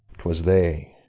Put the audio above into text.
twas they,